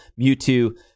Mewtwo